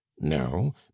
no